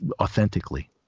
authentically